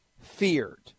feared